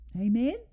Amen